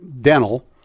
Dental